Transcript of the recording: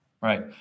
Right